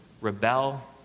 rebel